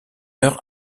heure